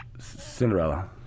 Cinderella